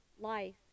life